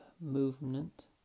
movement